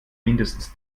mindestens